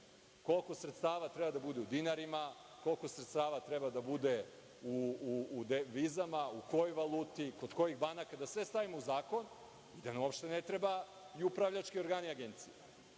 koliko sredstava treba da bude u dinarima, koliko sredstava treba da bude u devizama, u kojoj valuti, kod kojih banaka, da sve stavimo u zakon i nam uopšte ne trebaju upravljački organi Agencije.